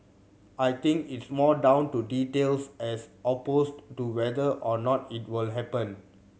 I think it's more down to details as opposed to whether or not it will happen